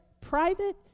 private